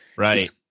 Right